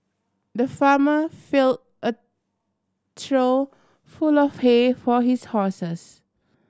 the farmer filled a trough full of hay for his horses